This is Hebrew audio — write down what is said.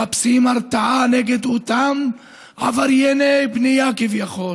מחפשים הרתעה נגד אותם עברייני בנייה כביכול.